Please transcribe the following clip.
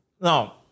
Now